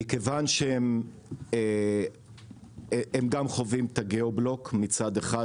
מכיוון שהם גם חווים את ה-geoblock מצד אחד,